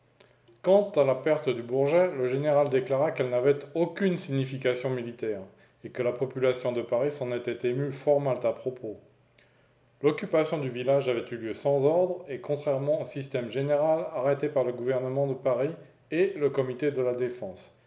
quant à la perte du bourget le général déclara qu'elle n'avait aucune signification militaire et que la population de paris s'en était émue fort mal à propos l'occupation du village avait eu lieu sans ordre et contrairement au système général arrêté par le gouvernement de paris et le comité de la défense